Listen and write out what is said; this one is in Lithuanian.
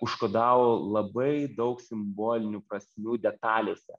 užkodavo labai daug simbolinių prasmių detalėse